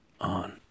on